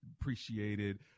appreciated